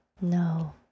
no